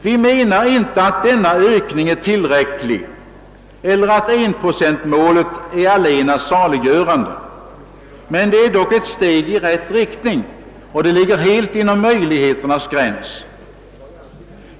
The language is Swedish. Vi menar inte att denna ökning är tillräcklig eller att enprocentmålet är allena saliggörande. Men det är dock ett steg i rätt riktning, och det ligger helt inom möjligheternas gräns.